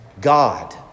God